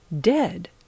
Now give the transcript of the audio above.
Dead